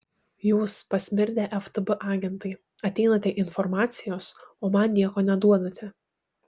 jūs pasmirdę ftb agentai ateinate informacijos o man nieko neduodate